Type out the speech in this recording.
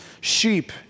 sheep